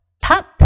pop